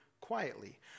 quietly